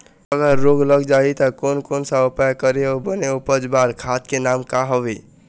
अगर रोग लग जाही ता कोन कौन सा उपाय करें अउ बने उपज बार खाद के नाम का हवे?